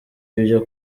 ibyo